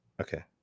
okay